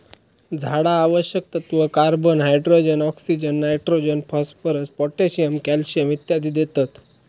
झाडा आवश्यक तत्त्व, carbon, hydrogen, oxygen, nitrogen, phosphorus, potassium, calcium इत्यादी देतत